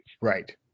Right